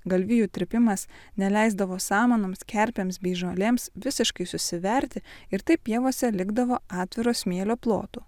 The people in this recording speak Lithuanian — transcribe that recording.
galvijų trypimas neleisdavo samanoms kerpėms bei žolėms visiškai susiverti ir taip pievose likdavo atviro smėlio plotų